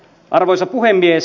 arvoisa puhemies